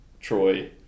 Troy